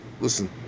listen